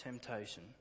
temptation